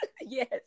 yes